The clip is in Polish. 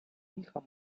licha